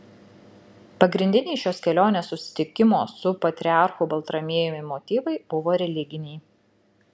pagrindiniai šios kelionės susitikimo su patriarchu baltramiejumi motyvai buvo religiniai